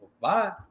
Bye